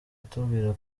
atubwira